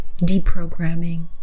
deprogramming